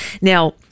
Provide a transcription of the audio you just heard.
Now